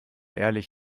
ehrlich